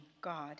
God